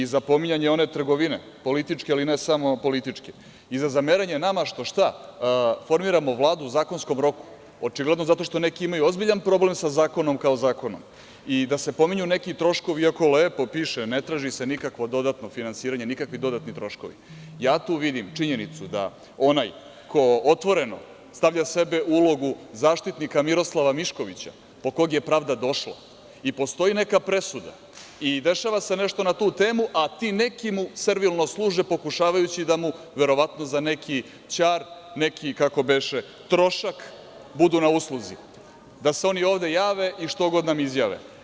Što se tiče pominjanja one trgovine, političke, ali ne samo političke, i za zameranje nama što formiramo Vladu u zakonskom roku, očigledno zato što neki imaju ozbiljan problem sa zakonom kao zakonom i da se pominju neki troškovi, iako lepo piše – ne traži se nikakvo dodatno finansiranje, nikakvi dodatni troškovi, ja tu vidim činjenicu da onaj ko otvoreno stavlja sebe u ulogu zaštitnika Miroslava Miškovića, po kog je pravda došla i postoji neka presuda i dešava se nešto na tu temu, a ti neki mu servilno služe, pokušavajući da mu verovatno za neki ćar, neki trošak budu na usluzi, da se oni ovde jave i što god nam izjave.